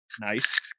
Nice